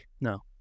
No